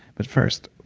but first,